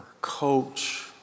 coach